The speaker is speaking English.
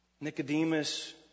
Nicodemus